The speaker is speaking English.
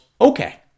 Okay